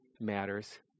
matters